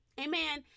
amen